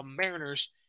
Mariners